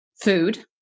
food